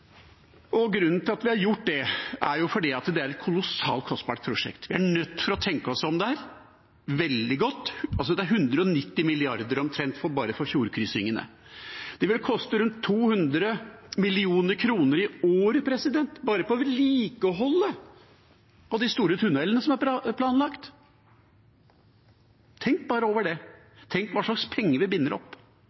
Grunnen til at vi har gjort det, er at det er et kolossalt kostbart prosjekt. Vi er nødt til å tenke oss veldig godt om der. Det koster omtrent 190 mrd. kr bare for fjordkryssingene. Det vil koste rundt 200 mill. kr i året bare å vedlikeholde de store tunnelene som er planlagt. Tenk bare over det, tenk på hva slags penger vi binder opp.